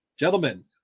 Gentlemen